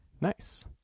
nice